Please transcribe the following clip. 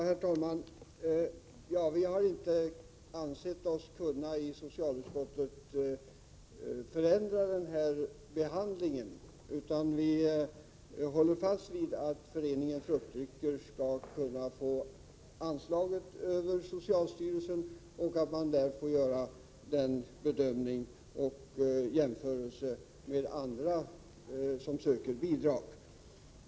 Herr talman! Vi i socialutskottet har inte ansett oss kunna förändra den gällande ordningen. Vi håller därför fast vid att Föreningen Fruktdrycker skall kunna få anslaget över socialstyrelsen och att styrelsen därvid får göra den bedömning som sker och den jämförelse som görs med andra som söker bidrag.